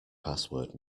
password